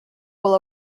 will